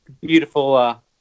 beautiful